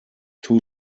too